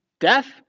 Death